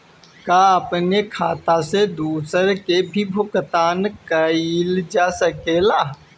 का अपने खाता से दूसरे के भी भुगतान कइल जा सके ला?